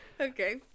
okay